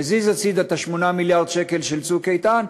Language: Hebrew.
מזיז הצדה את 8 מיליארד השקל של "צוק איתן",